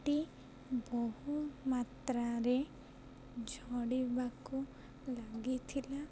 ଚୁଟି ବହୁ ମାତ୍ରାରେ ଝଡ଼ିବାକୁ ଲାଗିଥିଲା